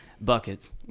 buckets